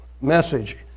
message